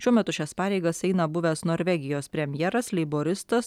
šiuo metu šias pareigas eina buvęs norvegijos premjeras leiboristas